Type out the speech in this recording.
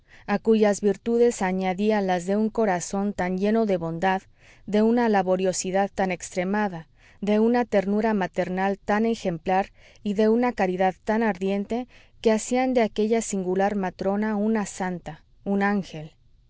a cuyas virtudes añadía las de un corazón tan lleno de bondad de una laboriosidad tan extremada de una ternura maternal tan ejemplar y de una caridad tan ardiente que hacían de aquella singular matrona una santa un ángel